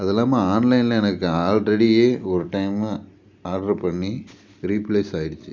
அதில்லாம ஆன்லைனில் எனக்கு ஆல்ரெடி ஒரு டைமு ஆட்ரு பண்ணி ரீப்ளேஸ் ஆகிடுச்சி